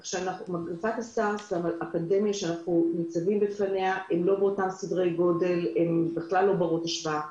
כך ששתי המגפות האלה הן לא באותם סדרי גודל ובכלל לא בנות השוואה.